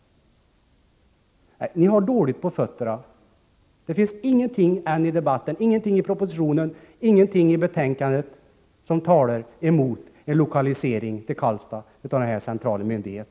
Ni har dåligt på fötterna! Det finns ingenting i debatten, ingenting i propositionen, ingenting i betänkandet som talar emot en lokalisering till Karlstad av denna centrala myndighet.